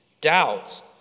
Doubt